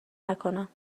نکنم